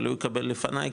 אבל הוא יקבל לפני,